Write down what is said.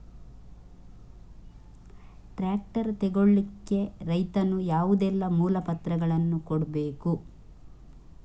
Tractor ತೆಗೊಳ್ಳಿಕೆ ರೈತನು ಯಾವುದೆಲ್ಲ ಮೂಲಪತ್ರಗಳನ್ನು ಕೊಡ್ಬೇಕು?